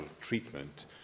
treatment